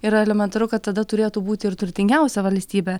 yra elementaru kad tada turėtų būti ir turtingiausia valstybė